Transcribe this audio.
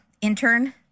intern